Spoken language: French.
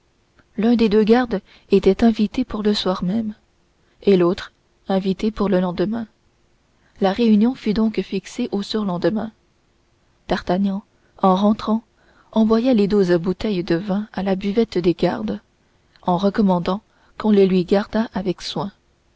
l'un des deux gardes était invité pour le soir même et l'autre invité pour le lendemain la réunion fut donc fixée au surlendemain d'artagnan en rentrant envoya les douze bouteilles de vin à la buvette des gardes en recommandant qu'on les lui gardât avec soin